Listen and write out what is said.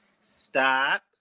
Stop